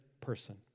person